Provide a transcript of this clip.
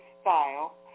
style